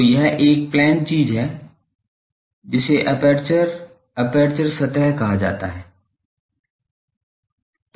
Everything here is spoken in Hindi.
तो यह एक प्लेन चीज़ है जिसे एपर्चर अपर्चर सतह कहा जाता है